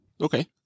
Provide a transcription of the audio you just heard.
Okay